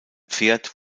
pferd